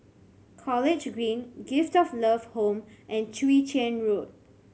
College Green Gift of Love Home and Chwee Chian Road